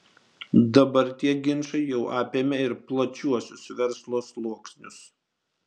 dabar tie ginčai jau apėmė ir plačiuosius verslo sluoksnius